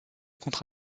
contre